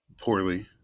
poorly